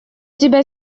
тебя